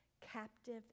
captive